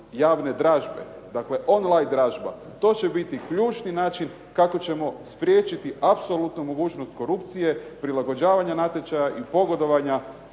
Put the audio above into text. javne dražbe, dakle on-line dražba. To će biti ključni način kako ćemo spriječiti apsolutno mogućnost korupcije, prilagođavanja natječaja i pogodovanja